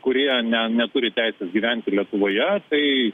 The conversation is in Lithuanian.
kurie ne neturi teisės gyventi lietuvoje tai